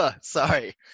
sorry